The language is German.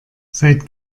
seit